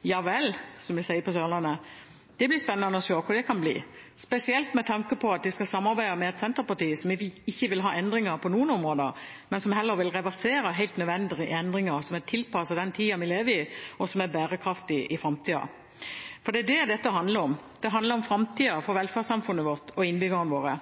Ja vel, som vi sier på Sørlandet. Det blir spennende å se hva det kan bli, spesielt med tanke på at de skal samarbeide med Senterpartiet, som ikke vil ha endringer på noen områder, men som heller vil reversere helt nødvendige endringer som er tilpasset den tida vi lever i og er bærekraftige i framtida. Det er det dette handler om: framtida for velferdssamfunnet vårt og for innbyggerne våre.